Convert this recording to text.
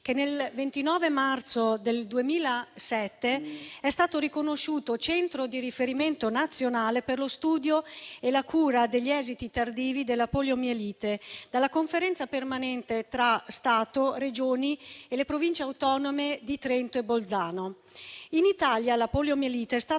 che il 29 marzo del 2007 è stato riconosciuto Centro di riferimento nazionale per lo studio e la cura degli esiti tardivi della poliomielite dalla Conferenza permanente tra Stato, Regioni e Province autonome di Trento e Bolzano. L'Italia è stata